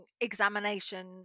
examination